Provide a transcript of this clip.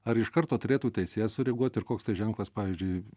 ar iš karto turėtų teisėjas sureaguot ir koks tai ženklas pavyzdžiui